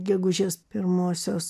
gegužės pirmosios